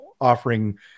offering